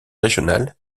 régional